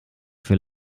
für